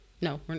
No